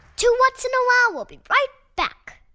two whats? and a wow! will be right back.